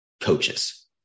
coaches